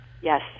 yes